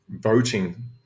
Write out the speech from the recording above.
Voting